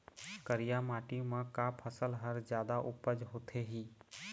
करिया माटी म का फसल हर जादा उपज होथे ही?